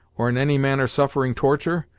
or in any manner suffering torture?